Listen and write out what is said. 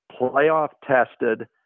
playoff-tested